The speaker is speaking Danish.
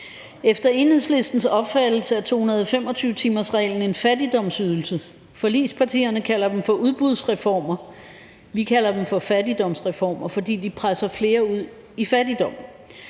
Efter Enhedslistens opfattelse er 225-timersreglen en fattigdomsydelse. Forligspartierne kalder dem for udbudsreformer; vi kalder dem for fattigdomsreformer, fordi de presser flere ud i fattigdom.